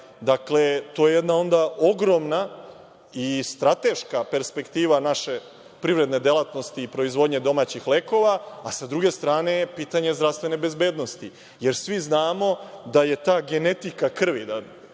itd. Dakle, to je jedna onda ogromna i strateška perspektiva naše privredne delatnosti i proizvodnje domaćih lekova, a sa druge strane je pitanje zdravstvene bezbednosti, jer svi znamo da je ta genetika krvi,